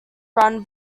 run